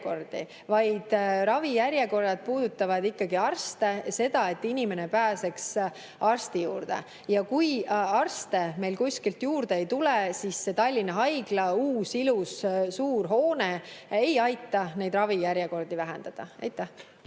ravijärjekorrad on seotud ikkagi arstidega, et inimene pääseks arsti juurde. Kui arste meil kuskilt juurde ei tule, siis see Tallinna Haigla uus ilus suur hoone ei aita neid ravijärjekordi vähendada. Aitäh!